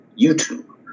youtube